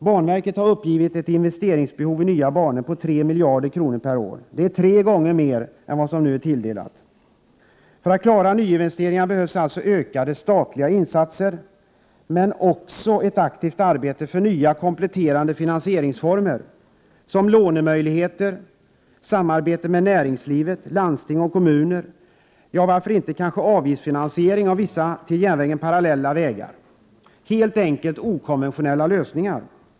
Banverket har uppgivit investeringsbehovet för nya banor till 3 miljarder kronor per år, vilket är tre gånger mer än vad som nu är tilldelat. För att klara nyinvesteringar behövs således ökade statliga insatser, men också ett aktivt arbete för nya kompletterande finansieringsformer, såsom lån och samarbete mellan näringsliv, landsting och kommuner. Och varför inte avgiftsfinansiering av vissa med järnvägen parallella vägar? Det behövs helt enkelt okonventionella lösningar.